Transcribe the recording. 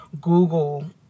Google